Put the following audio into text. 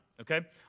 okay